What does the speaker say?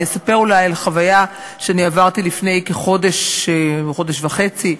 אספר אולי על חוויה שעברתי לפני כחודש, חודש וחצי,